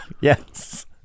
Yes